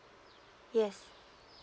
yes